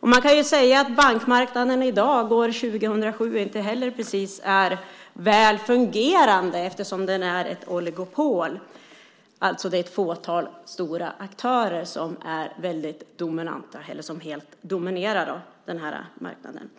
Man kan säga att bankmarknaden i dag, år 2007, inte heller är väl fungerande precis, eftersom den är ett oligopol - det är alltså ett fåtal stora aktörer som helt dominerar den här marknaden.